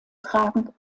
tragen